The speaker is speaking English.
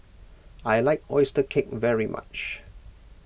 I like Oyster Cake very much